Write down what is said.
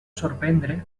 sorprendre